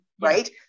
right